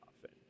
often